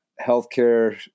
healthcare